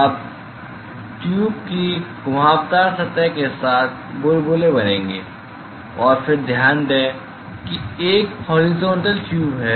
अब ट्यूब की घुमावदार सतह के साथ बुलबुले बनेंगे और फिर ध्यान दें कि यह एक हाॅरीज़ाॅन्टल ट्यूब है